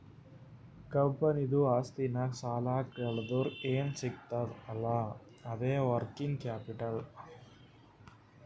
ಕಂಪನಿದು ಆಸ್ತಿನಾಗ್ ಸಾಲಾ ಕಳ್ದುರ್ ಏನ್ ಸಿಗ್ತದ್ ಅಲ್ಲಾ ಅದೇ ವರ್ಕಿಂಗ್ ಕ್ಯಾಪಿಟಲ್